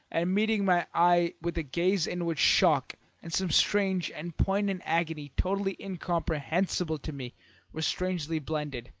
and meeting my eye with a gaze in which shock and some strange and poignant agony totally incomprehensible to me were strangely blended,